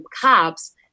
cops